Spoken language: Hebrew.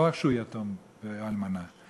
לא רק יתום ואלמנה,